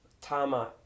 Tama